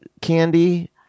candy